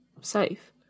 safe